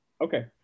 Okay